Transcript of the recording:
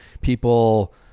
people